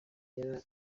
yari